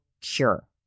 cure